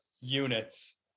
units